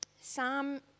Psalm